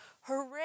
Hooray